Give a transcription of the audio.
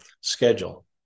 schedule